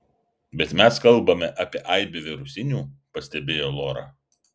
bet mes kalbame apie aibę virusinių pastebėjo lora